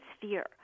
fear